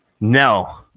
No